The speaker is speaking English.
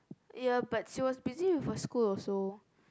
ya but she was busy with her school also